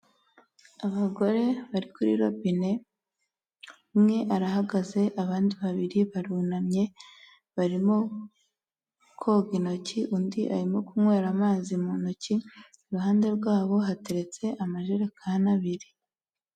Abagore bari kuri robine, umwe arahagaze, abandi babiri barunamye barimo koga intoki, undi arimo kunywera amazi mu ntoki. Iruhande rwabo hateretse amajerekani abiri.